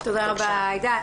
תודה רבה עאידה,